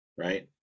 Right